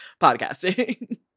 podcasting